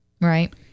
right